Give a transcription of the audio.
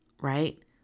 right